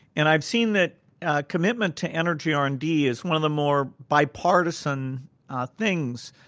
and i've seen that commitment to energy r and d is one of the more bipartisan things.